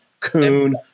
Coon